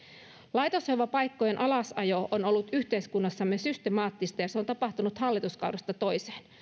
laitoshoivapaikkojen alasajo on ollut yhteiskunnassamme systemaattista ja se on tapahtunut hallituskaudesta toiseen